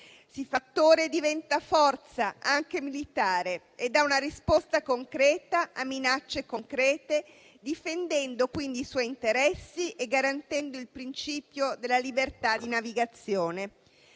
fa attrice e diventa forza anche militare e dà una risposta concreta a minacce concrete, difendendo quindi i suoi interessi e garantendo il principio della libertà di navigazione.